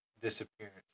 disappearance